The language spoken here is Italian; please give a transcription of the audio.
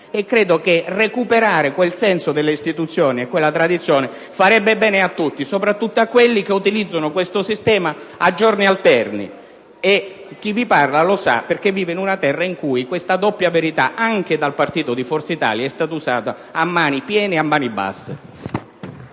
Credo che recuperare quel senso delle istituzioni e quella tradizione farebbe bene a tutti, soprattutto a quelli che utilizzano questo sistema a giorni alterni. Chi vi parla lo sa, perché vive in una terra in cui questa doppia verità è stata usata a mani piene e a mani basse,